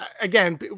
again